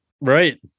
Right